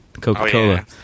coca-cola